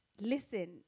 listen